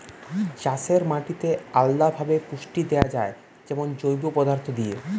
চাষের মাটিতে আলদা ভাবে পুষ্টি দেয়া যায় যেমন জৈব পদার্থ দিয়ে